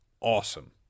awesome